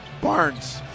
Barnes